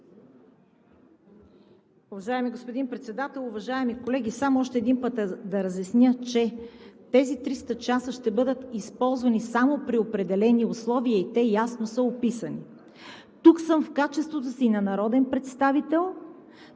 Уважаеми господин Председател, уважаеми колеги! Само още един път да разясня, че тези 300 часа ще бъдат използвани само при определени условия и те ясно са описани. Тук съм в качеството си на народен представител,